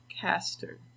caster